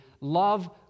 Love